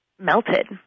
melted